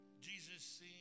Jesus